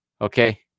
Okay